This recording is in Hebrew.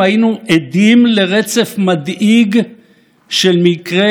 שאנחנו בעצם נאבקים על קיומם של אחינו